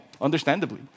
understandably